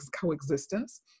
coexistence